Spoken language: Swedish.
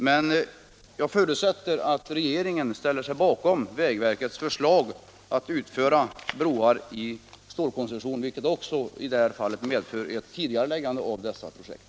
Men jag förutsätter att regeringen ställer sig bakom vägverkets förslag att utföra broar i stålkonstruktion, vilket också i detta fall medför ett tidigareläggande av dessa projekt.